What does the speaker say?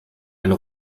eine